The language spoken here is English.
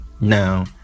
now